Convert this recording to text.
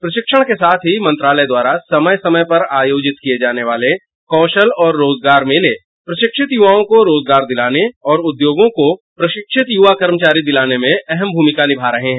प्रशिक्षण के साथ ही मंत्रालय द्वारा समय समय पर आयोजित किये जाने वाले कौशल और रोजगार मेले प्रशिक्षित युवाओं को रोजगार दिलाने और उद्योगों को प्रशिक्षित युवा कर्मचारी दिलाने मे अहम भूमिका निभा रहे हैं